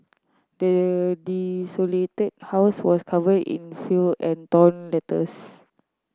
the desolated house was covered in feel and torn letters